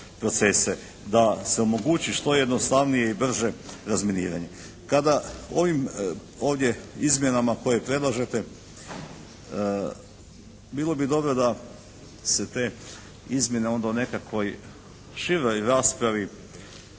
procese, da se omogući što jednostavnije i brže razminiranje. Kada ovim ovdje izmjenama koje predlažete bilo bi dobro da se te izmjene onda u nekakvoj široj raspravi